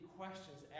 questions